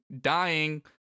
dying